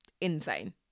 insane